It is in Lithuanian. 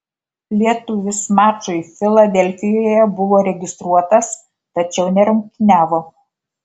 lietuvis mačui filadelfijoje buvo registruotas tačiau nerungtyniavo